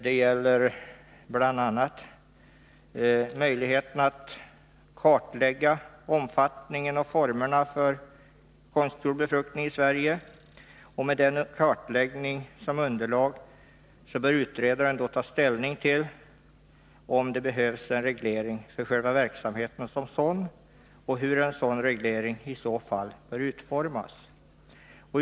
Det gäller bl.a. möjligheten att kartlägga omfattningen av och formerna för konstgjord befruktning i Sverige. Med denna kartläggning som underlag bör utredaren taställning till om det behövs en reglering för själva verksamheten som sådan och hur en sådan reglering i så fall bör utformas.